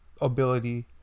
ability